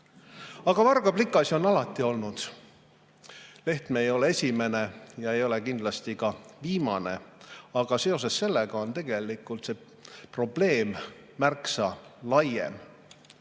Aga vargaplikasid on alati olnud. Lehtme ei ole esimene ja ei ole kindlasti ka viimane. Aga seoses sellega on see probleem märksa laiem.